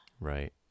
Right